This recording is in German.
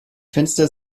fenster